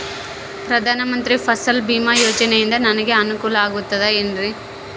ಪ್ರಧಾನ ಮಂತ್ರಿ ಫಸಲ್ ಭೇಮಾ ಯೋಜನೆಯಿಂದ ನನಗೆ ಅನುಕೂಲ ಆಗುತ್ತದೆ ಎನ್ರಿ?